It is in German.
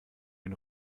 den